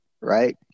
Right